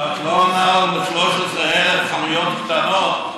אבל את לא עונה עוד ל-13,000 חנויות קטנות,